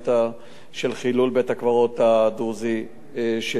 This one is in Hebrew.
של חילול בית-הקברות הדרוזי שהוזכר,